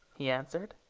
he answered.